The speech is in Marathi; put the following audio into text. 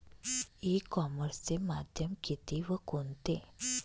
ई कॉमर्सचे माध्यम किती व कोणते?